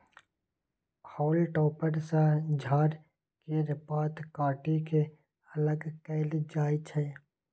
हाउल टॉपर सँ झाड़ केर पात काटि के अलग कएल जाई छै